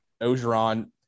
Ogeron